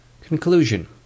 Conclusion